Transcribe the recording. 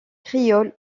créoles